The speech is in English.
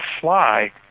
fly